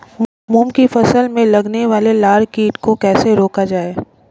मूंग की फसल में लगने वाले लार कीट को कैसे रोका जाए?